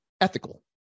ethical